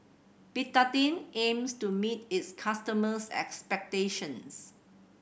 Betadine aims to meet its customers' expectations